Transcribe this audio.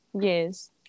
yes